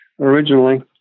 originally